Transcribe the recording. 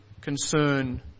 concern